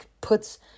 Puts